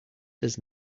does